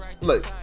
look